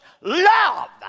love